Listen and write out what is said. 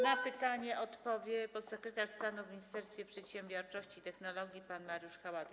Na pytanie odpowie podsekretarz stanu w Ministerstwie Przedsiębiorczości i Technologii pan Mariusz Haładyj.